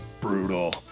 Brutal